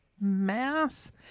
mass